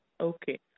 Okay